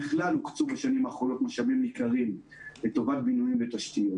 בכלל הוקצו בשנים האחרונות משאבים לטובת בינוי ותשתיות.